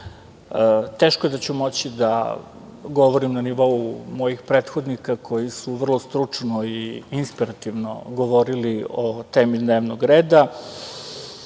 teško je da ću moći da govorim na nivou mojih prethodnika koji su vrlo stručno i inspirativno govorili o temi dnevnog reda. Kada